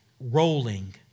rolling